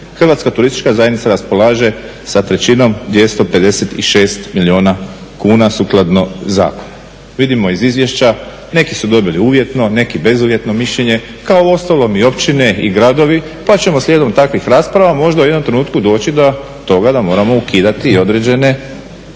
Hrvatska turistička zajednica raspolaže sa trećinom 256 milijuna kuna sukladno zakonu. Vidimo iz izvješća neki su dobili uvjetno neki bezuvjetno mišljenje, kao uostalom i općine i gradovi pa ćemo slijedom takvih rasprava možda u jednom trenutku doći do toga da moramo ukidati određene